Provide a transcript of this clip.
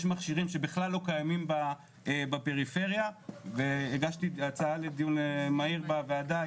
יש מכשירים שבכלל לא קיימים בפריפריה והגשתי הצעה לדיון מהיר בוועדה.